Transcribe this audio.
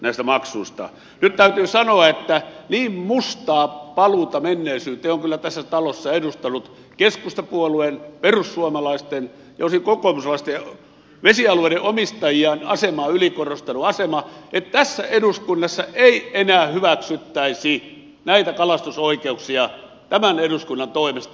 nyt täytyy sanoa että niin mustaa paluuta menneisyyteen on kyllä tässä talossa edustanut keskustapuolueen perussuomalaisten ja osin kokoomuslaisten vesialueiden omistajien asemaa ylikorostanut asema että tässä eduskunnassa ei enää hyväksyttäisi näitä kalastusoikeuksia tämän eduskunnan toimesta